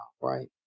Right